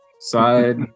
side